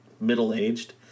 middle-aged